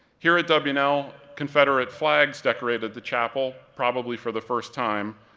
here at w and l, confederate flags decorated the chapel, probably for the first time,